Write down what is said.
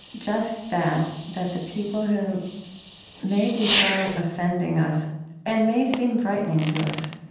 just that that the people who may be so offending us and may seem frightening to us